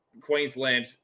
Queensland